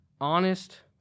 honest